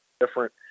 different